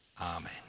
Amen